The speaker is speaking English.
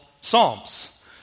Psalms